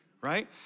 right